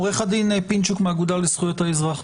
עו"ד פינצ'וק מהאגודה לזכויות האזרח,